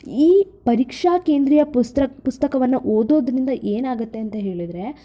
ಈ ಪರೀಕ್ಷಾ ಕೇಂದ್ರೀಯ ಪುಸ್ತ ಪುಸ್ತಕವನ್ನು ಓದೋದ್ರಿಂದ ಏನಾಗತ್ತೆ ಅಂತ ಹೇಳಿದರೆ